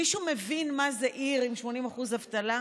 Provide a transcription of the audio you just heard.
מישהו מבין מה זה עיר עם 80% אבטלה?